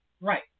Right